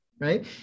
right